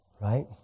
right